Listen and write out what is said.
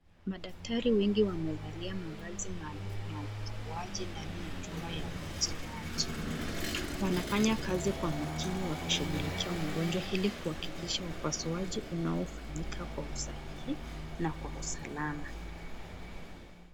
Madaktari wengi wamevalia mavazi maalum ya upasuaji ndani ya chumba ya upasuaji. Wanafanya kazi kwa makini wakishughulikia mgonjwa ili kuhakikisha upasuaji unaofanya kwa usahihi na kwa usalama.